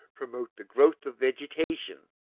promote the growth of vegetation.